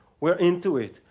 we're into it.